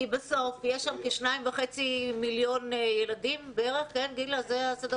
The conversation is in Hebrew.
כי בסוף יש שם כ-2.5 מיליון ילדים שאמורים